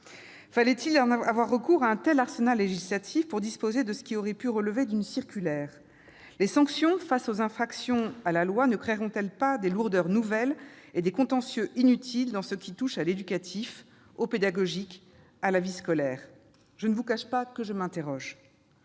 Fallait-il avoir recours à un tel arsenal législatif quand une circulaire aurait pu suffire ? Les sanctions en cas d'infraction à la loi ne créeront-elles pas des lourdeurs nouvelles et des contentieux inutiles dans ce qui touche à l'éducatif, au pédagogique, à la vie scolaire ? Je ne vous cache pas que je m'interroge